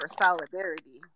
solidarity